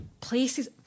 places